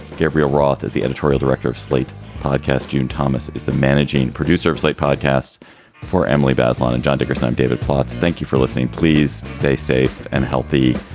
gabriel roth is the editorial director of slate podcast. june thomas is the managing producer of slate podcasts for emily bazelon and john dickerson and um david plotz. thank you for listening. please stay safe and healthy.